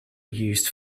used